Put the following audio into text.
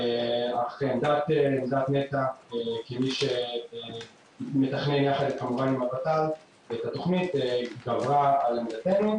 אך עמדת נת"ע כמי שמתכנן יחד כמובן עם הות"ל את תכנית גברה על עמדתנו.